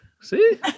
See